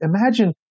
imagine